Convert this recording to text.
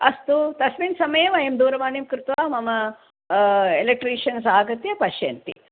अस्तु तस्मिन् समये वयं दूरवाणीं कृत्वा मम एलेक्ट्रीशियन्स् आगत्य पश्यन्ति